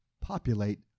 populate